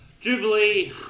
jubilee